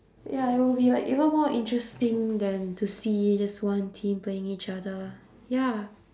ya it would be like even more interesting than to see just one team playing each other ya